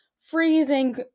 freezing